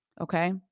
Okay